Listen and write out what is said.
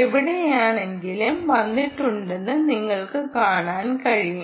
എവിടെയെങ്കിലും വന്നിട്ടുണ്ടെന്ന് നിങ്ങൾക്ക് കാണാൻ കഴിയും